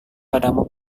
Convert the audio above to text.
padamu